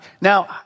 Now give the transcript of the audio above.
Now